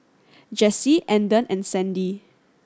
Jessie Andon and Sandi